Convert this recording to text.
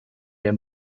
der